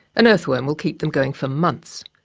an earthworm will keep them going for months.